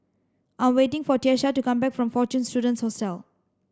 I'm waiting for Tiesha to come back from Fortune Students Hostel